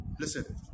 listen